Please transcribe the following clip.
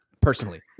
personally